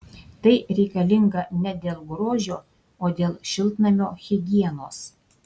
tai reikalinga ne dėl grožio o dėl šiltnamio higienos